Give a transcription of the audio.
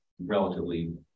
relatively